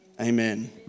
amen